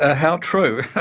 ah how true,